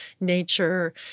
nature